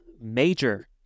Major